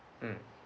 mm